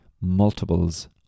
multiples